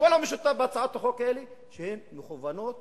שכל המשותף להצעות החוק האלה שהן מכוונות